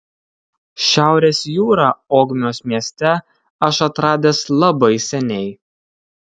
šiaurės jūrą ogmios mieste aš atradęs labai seniai